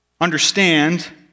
understand